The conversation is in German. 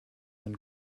ein